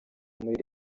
muri